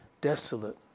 desolate